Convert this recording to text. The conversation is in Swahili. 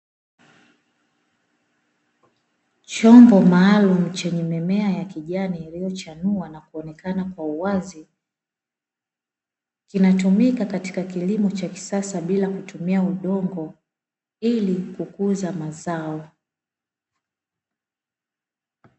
Chombo maalumu chenye mimea ya kijani iliyochanua na kuonekana kwa uwazi, kinatumika katika kilimo cha kisasa bila kutumia udongo, ili kukuza mazao.